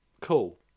cool